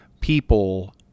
people